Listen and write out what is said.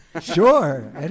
Sure